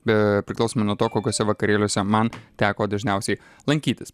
be priklausomai nuo to kokiuose vakarėliuose man teko dažniausiai lankytis